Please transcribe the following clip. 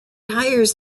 hires